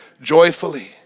joyfully